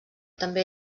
també